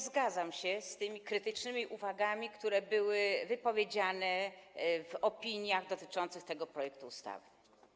Zgadzam się z krytycznymi uwagami, które były wypowiedziane w opiniach dotyczących tego projektu ustawy.